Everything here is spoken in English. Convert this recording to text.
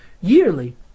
yearly